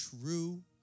true